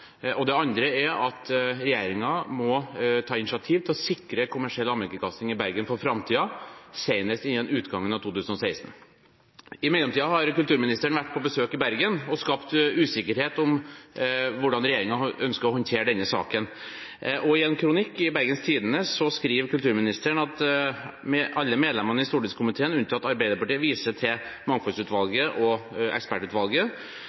og det andre er at regjeringen må ta initiativ til å sikre kommersiell allmennkringkasting i Bergen for framtida, senest innen utgangen av 2016. I mellomtiden har kulturministeren vært på besøk i Bergen og skapt usikkerhet om hvordan regjeringen ønsker å håndtere denne saken. I en kronikk i Bergens Tidende skriver kulturministeren at alle medlemmene i stortingskomiteen, unntatt Arbeiderpartiet, viser til mediemangfoldsutvalget og ekspertutvalget,